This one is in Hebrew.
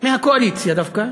מהקואליציה דווקא: